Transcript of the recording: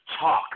talk